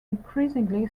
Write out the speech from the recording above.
increasingly